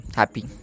happy